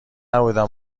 نبودم